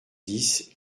dix